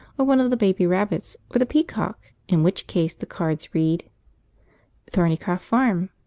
or one of the baby rabbits, or the peacock, in which case the cards read thornycroft farm.